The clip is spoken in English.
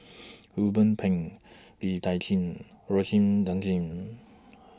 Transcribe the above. Ruben Pang Lee Tjin